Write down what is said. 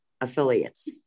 affiliates